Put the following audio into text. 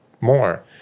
more